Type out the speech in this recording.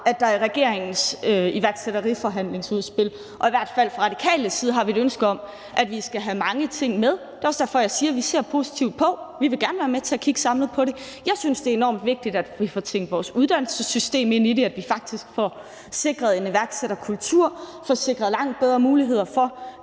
at der i regeringens iværksætteriforhandlingsudspil – det har vi i hvert fald fra Radikales side et ønske om – skal mange ting med. Det er også derfor, jeg siger, at vi ser positivt på det, og at vi gerne vil være med til at kigge samlet på det. Jeg synes, det er enormt vigtigt, at vi får tænkt vores uddannelsessystem ind i det, at vi faktisk får sikret en iværksætterkultur og får sikret langt bedre muligheder for,